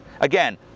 Again